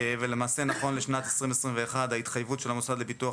ונכון לשנת 2021 ההתחייבות של המוסד לביטוח